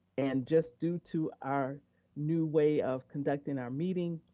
and just due to our new way of conducting our meeting,